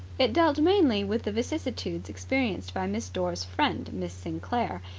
it dealt mainly with the vicissitudes experienced by miss dore's friend, miss sinclair,